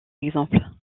exemple